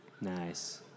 Nice